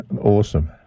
Awesome